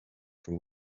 from